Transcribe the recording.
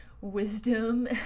wisdom